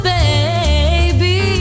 baby